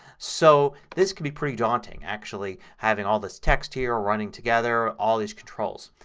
so this can be pretty daunting actually having all this text here running together. all these controls.